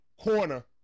corner